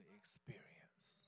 experience